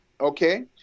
okay